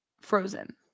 frozen